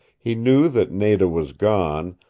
he knew that nada was gone,